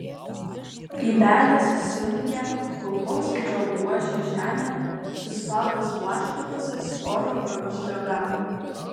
įbedęs sunkią kulkosvaidžio buožę žemėn suspaudęs plaštakose storą vamzdžio galą